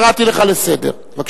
אני קורא אותך לסדר פעם ראשונה.